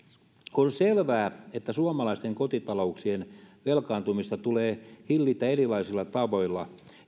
on selvää että suomalaisten kotitalouksien velkaantumista tulee hillitä erilaisilla tavoilla